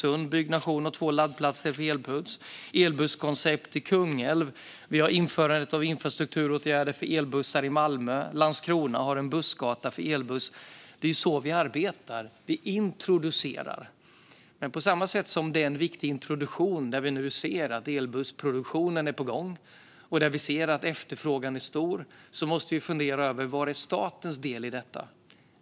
Det är byggnation av två laddplatser för elbussar i Östersund, och det är elbusskoncept i Kungälv. Vi har införandet av infrastrukturåtgärder för elbussar i Malmö. Landskrona har en bussgata för elbuss. Det är så vi arbetar - vi introducerar. Det här är en viktig introduktion, där vi nu ser att elbussproduktionen är på gång och efterfrågan är stor, men vi måste fundera över vad som är statens del i detta.